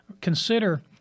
consider